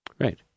Right